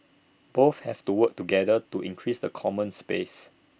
both have to work together to increase the common space